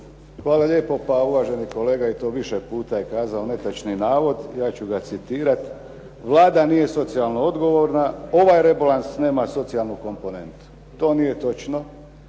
Hvala lijepo. Pa uvaženi kolega je to više puta je kazao netočni navod. Ja ću ga citirati "Vlada nije socijalno odgovorna, ovaj rebalans nema socijalnu komponentu". To nije točno.